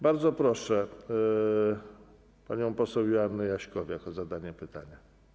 Bardzo proszę panią poseł Joannę Jaśkowiak o zadanie pytania.